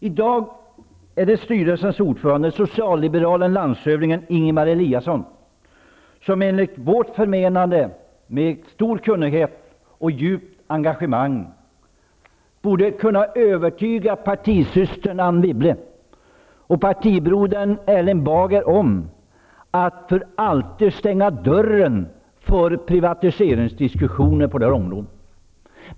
I dag är det styrelsens ordförande, socialliberalen, landshövding Ingemar Eliasson som enligt vårt förmenande med stor kunnighet och djupt engagemang borde kunna övertyga partisystern Anne Wibble och partibrodern Erling Bager om att de för alltid skall stänga dörren för privatiseringsdiskussioner på detta område.